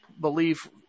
believe